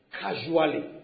casually